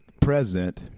President